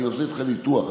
אני עושה איתך ניתוח.